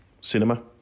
cinema